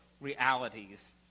realities